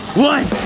one,